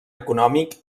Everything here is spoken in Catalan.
econòmic